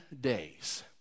days